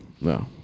no